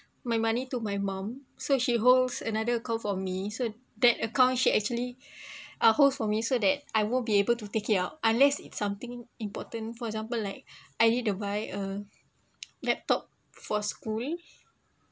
my money to my mum so she holds another account for me so that account she actually uh holds for me so that I won't be able to take it out unless it's something important for example like I need to buy a laptop for school